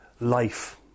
life